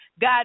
God